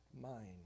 mind